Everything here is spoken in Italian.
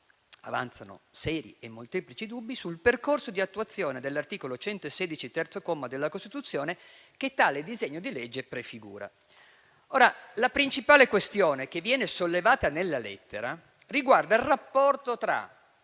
avanzano seri e molteplici dubbi sul percorso di attuazione dell'articolo 116, terzo comma della Costituzione, che tale disegno di legge prefigura. La principale questione che viene sollevata nella lettera riguarda il rapporto tra